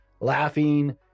laughing